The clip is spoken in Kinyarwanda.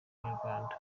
inyarwanda